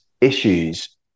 issues